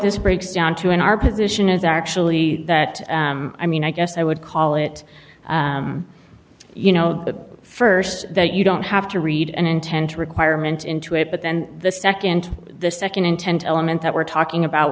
this breaks down to in our position is actually that i mean i guess i would call it you know the st that you don't have to read and tend to requirement into it but then the nd the nd intent element that we're talking about